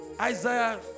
Isaiah